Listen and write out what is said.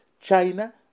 China